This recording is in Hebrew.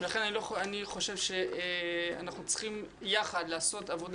לכן אני חושב שאנחנו צריכים יחד לעשות עבודה